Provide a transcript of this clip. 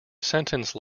sentence